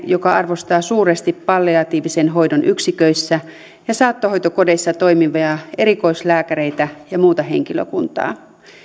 joka arvostaa suuresti palliatiivisen hoidon yksiköissä ja saattohoitokodeissa toimivia erikoislääkäreitä ja muuta henkilökuntaa